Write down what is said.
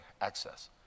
access